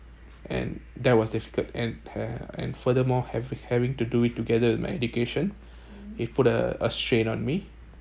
and that was difficult and uh and furthermore having having to do it together with my education it put a a strain on me